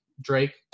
Drake